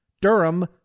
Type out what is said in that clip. Durham